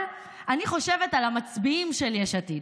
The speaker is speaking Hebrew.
אבל אני חושבת על המצביעים של יש עתיד,